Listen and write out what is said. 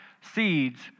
seeds